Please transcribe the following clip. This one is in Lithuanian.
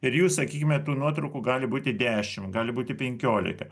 ir jų sakykime tų nuotraukų gali būti dešim gali būti penkiolika